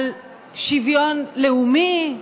על שוויון לאומי,